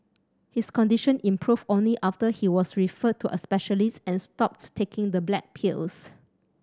his condition improved only after he was referred to a specialist and stopped taking the black pills